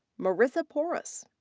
marisa porras.